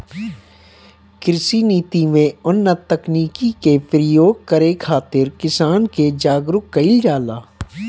कृषि नीति में उन्नत तकनीकी के प्रयोग करे खातिर किसान के जागरूक कईल जाला